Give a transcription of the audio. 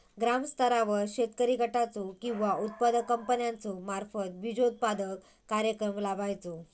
ग्रामस्तरावर शेतकरी गटाचो किंवा उत्पादक कंपन्याचो मार्फत बिजोत्पादन कार्यक्रम राबायचो?